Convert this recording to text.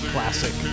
classic